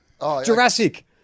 Jurassic